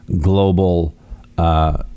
global